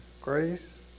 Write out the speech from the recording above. Grace